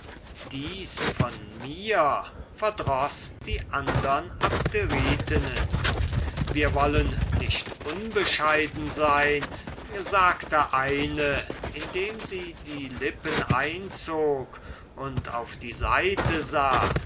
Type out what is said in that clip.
dies von mir verdroß die andern abderitinnen wir wollen nicht unbescheiden sein sagte eine indem sie die lippen einzog und auf die seite sah